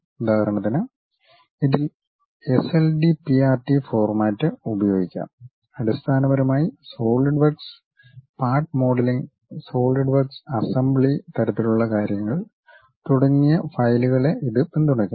ഉദാഹരണത്തിന് ഇതിൽ SLDPRT format ഉപയോഗിക്കാം അടിസ്ഥാനപരമായി SolidWorks part modelling solid work assembly തരത്തിലുള്ള കാര്യങ്ങൾ തുടങ്ങിയ ഫയലുകളെ ഇത് പിന്തുണയ്ക്കുന്നു